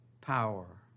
power